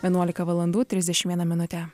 vienuolika valandų trisdešimt viena minutė